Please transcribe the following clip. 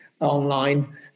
online